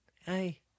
Hey